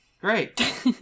Great